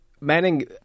Manning